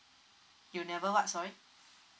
you never what sorry